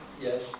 Yes